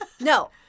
No